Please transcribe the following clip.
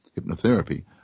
hypnotherapy